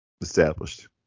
established